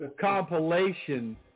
compilation